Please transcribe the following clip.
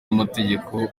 n’amategeko